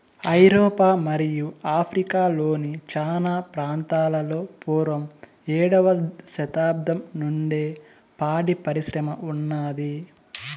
ఐరోపా మరియు ఆఫ్రికా లోని చానా ప్రాంతాలలో పూర్వం ఏడవ శతాబ్దం నుండే పాడి పరిశ్రమ ఉన్నాది